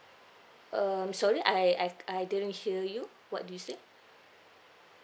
um sorry I I I didn't hear you what do you say